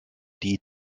die